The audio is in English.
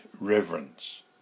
reverence